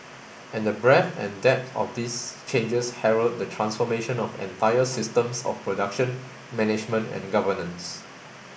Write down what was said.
and the breadth and depth of these changes herald the transformation of entire systems of production management and governance